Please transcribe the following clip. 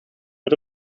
met